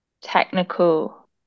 technical